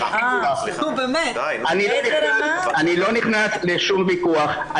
אני לא נכנס לשום ויכוח,